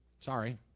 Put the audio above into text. Sorry